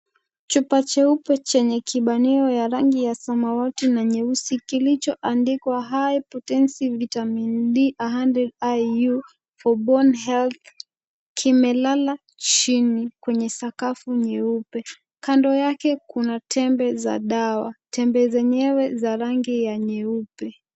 Chupa cheupe chenye kibanio ya rangi ya samawati na nyeusi kilichoandikwa high potency Vitamin D 100 IU for bone health kimelala chini kwenye sakafu nyeupe, kando yake kuna tembe za dawa, tembe zenyewe za rangi ya nyeupe.